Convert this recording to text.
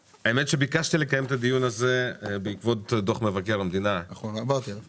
ביקשתי לקיים את הדיון הזה בעקבות דוח מבקר המדינה שפורסם.